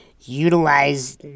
utilize